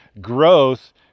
growth